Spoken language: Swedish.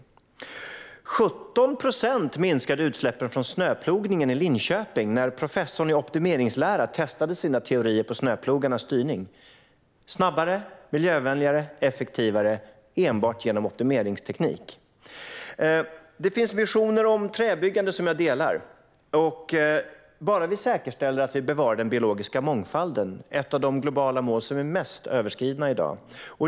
Utsläppen från snöplogningen i Linköping minskade med 17 procent när professorn i optimeringslära testade sina teorier på snöplogarnas styrning. Det blev snabbare, miljövänligare och effektivare enbart genom optimeringsteknik. Det finns visioner om träbyggande som jag delar. Det gäller bara att vi säkerställer att vi bevarar den biologiska mångfalden. Det är ett av de globala mål som är mest överskridna i dag.